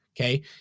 Okay